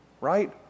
Right